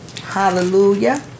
hallelujah